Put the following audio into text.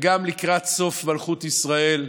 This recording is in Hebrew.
וגם לקראת סוף מלכות ישראל,